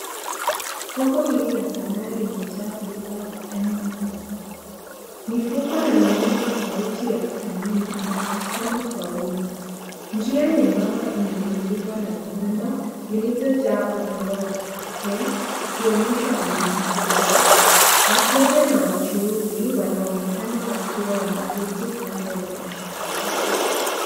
Soko hili la sanaa limejaa bidhaa za aina mbalimbali. Mifuko na miundo tofauti ya kisanaa inapatikana kwa wingi. Njia nyembamba imezingira na vibanda vilivyojaa urembo wa kipekee ukionyeshwa ubunifu tele. Wateja na wachuuzi wanaonekaa wakiwa wameketi kando ya biashara hizo.